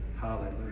Hallelujah